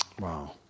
Wow